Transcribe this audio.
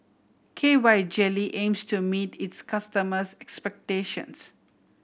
K Y Jelly aims to meet its customers' expectations